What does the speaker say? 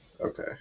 Okay